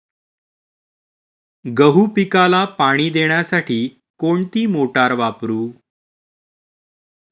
गहू पिकाला पाणी देण्यासाठी कोणती मोटार वापरू?